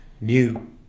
new